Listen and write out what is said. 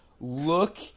look